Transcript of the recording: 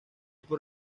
por